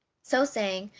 so saying,